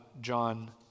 John